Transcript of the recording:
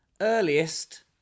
Earliest